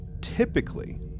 typically